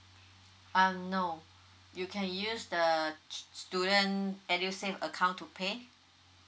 um no you can use the student edusave account to pay